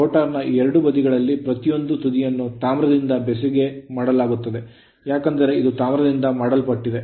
rotor ನ ಎರಡೂ ಬದಿಗಳಲ್ಲಿನ ಪ್ರತಿಯೊಂದು ತುದಿಯನ್ನು ತಾಮ್ರದಿಂದ ಬೆಸುಗೆ ಮಾಡಲಾಗುತ್ತದೆ ಏಕೆಂದರೆ ಇದು ತಾಮ್ರದಿಂದ ಮಾಡಲ್ಪಟ್ಟಿದೆ